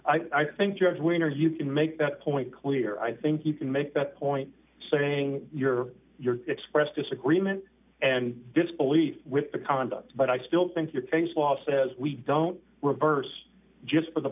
stand i think judge when or you can make that point clear i think you can make that point saying your your expressed disagreement and disbelief with the conduct but i still think your case law says we don't reverse just for the